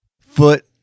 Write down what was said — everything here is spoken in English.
foot